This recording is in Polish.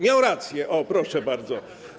Miał rację, o, proszę bardzo.